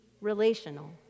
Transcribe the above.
Relational